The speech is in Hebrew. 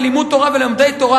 בלימוד תורה ולומדי תורה,